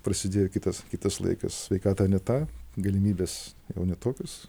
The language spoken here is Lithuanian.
prasidėjo kitas kitas laikas sveikata ne ta galimybes jau ne tokios